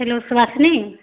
hello Subhashini